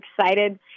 excited